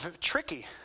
tricky